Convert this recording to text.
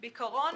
אני